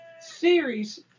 series